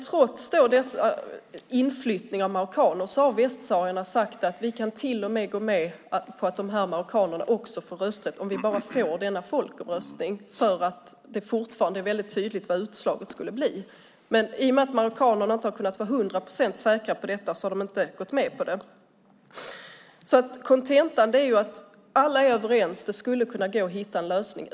Trots inflyttningen av marockaner har västsaharierna sagt att de till och med kan gå med på att dessa marockaner får rösta bara de får denna folkomröstning, för det är fortfarande tydligt vad utslaget skulle bli. I och med att marockanerna inte har kunnat vara hundra procent säkra på detta har de inte gått med på det. Kontentan är att alla utom Marocko är överens och att det skulle kunna gå att hitta en lösning.